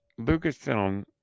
Lucasfilm